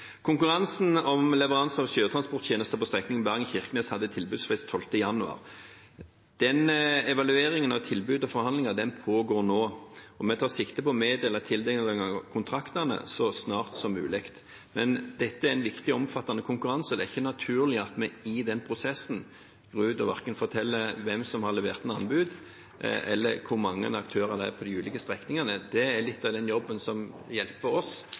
Konkurransen om leveranse av sjøtransporttjenester på strekningen Bergen–Kirkenes hadde tilbudsfrist 12. januar. Evalueringen av tilbud og forhandlinger om dem pågår nå, og vi tar sikte på å meddele tildeling av kontraktene så snart som mulig. Dette er en viktig og omfattende konkurranse, og det er ikke naturlig at vi i den prosessen går ut og forteller verken hvem som har levert inn anbud, eller hvor mange aktører det er på de ulike strekningene. Det er litt av den jobben som hjelper oss